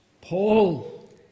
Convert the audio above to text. Paul